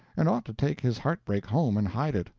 and ought to take his heartbreak home and hide it,